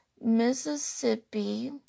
Mississippi